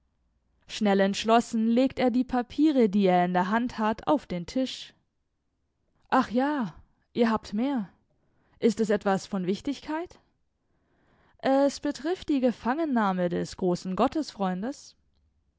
schnell entschlossen legt er die papiere die er in der hand halt auf den tisch ach ja ihr habt mehr ist es etwas von wichtigkeit es betrifft die gefangennahme des großen